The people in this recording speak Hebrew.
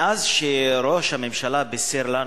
מאז שראש הממשלה בישר לנו,